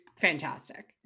fantastic